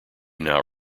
now